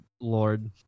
Lord